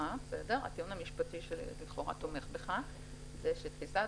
הטיעון המשפטי שלכאורה תומך בך ומשחק לטובתך זה שתפיסת